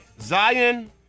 Zion